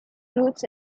roots